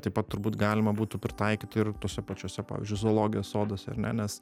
taip pat turbūt galima būtų pritaikyti ir tuose pačiuose pavyzdžiui zoologijos soduose ar ne nes